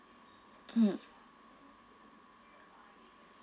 mm